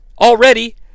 already